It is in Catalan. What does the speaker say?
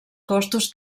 costos